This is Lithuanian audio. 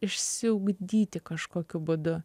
išsiugdyti kažkokiu būdu